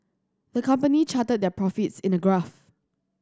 the company charted their profits in a graph